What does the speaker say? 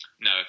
No